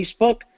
Facebook